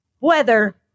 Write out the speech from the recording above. weather